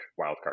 wildcard